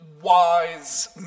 wise